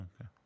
okay